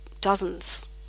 dozens